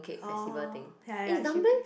orh ya ya ya she pray